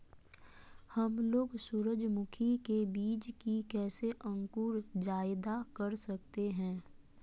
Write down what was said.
हमलोग सूरजमुखी के बिज की कैसे अंकुर जायदा कर सकते हैं?